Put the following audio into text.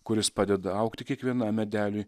kuris padeda augti kiekvienam medeliui